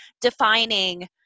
defining